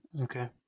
Okay